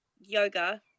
yoga